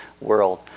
world